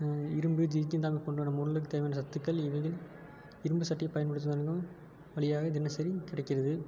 இரும்பு ஜிங்கிந்தால் போன்ற நம்ப உடலுக்கு தேவையான சத்துக்கள் இவையில் இரும்பு சட்டியை பயன்படுத்துவதாலும் வழியாக தினசரி கிடைக்கிறது